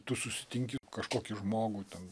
tu susitinki kažkokį žmogų ten